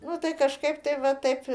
nu tai kažkaip tai va taip